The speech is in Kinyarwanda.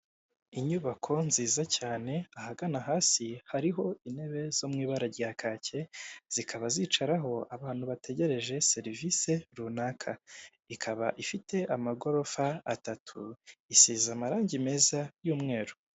Inyubako nziza cyane ahagana hasi hariho intebe zo mu ibara rya kaki zikaba zicaraho abantu abategereje serivise runaka ikaba ifite amagorofa atatu isize amarangi meza y'umweru.